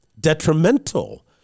detrimental